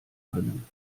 können